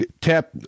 tap